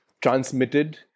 transmitted